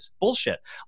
Bullshit